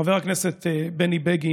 חבר הכנסת בני בגין,